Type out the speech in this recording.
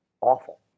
awful